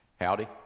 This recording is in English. Howdy